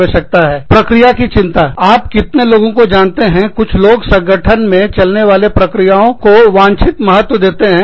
आप कितने लोगों को जानते हैं गठन में चलने वंचित महत्व देते हैं